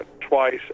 twice